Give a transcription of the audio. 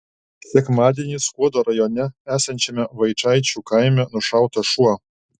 sekmadienį skuodo rajone esančiame vaičaičių kaime nušautas šuo